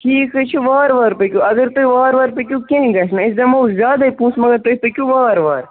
ٹھیٖک حظ چھِ وارٕ وارٕ پٔکِو اَگر تُہۍ وارٕ وارٕ پٔکِو کِہیٖنۍ گژھنہٕ أسۍ دِمو زیادَے پونٛسہٕ مگر تُہۍ پٔکِو وارٕ وارٕ